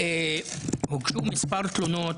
הוגשו מספר תלונות,